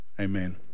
amen